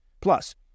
Plus